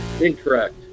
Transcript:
Incorrect